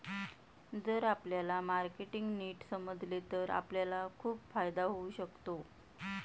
जर आपल्याला मार्केटिंग नीट समजले तर आपल्याला खूप फायदा होऊ शकतो